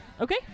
Okay